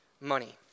money